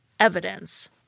Evidence